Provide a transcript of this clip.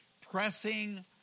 pressing